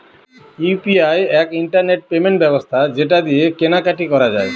UPI এক internet payment ব্যবস্থা যেটা দিয়ে কেনা কাটি করা যায়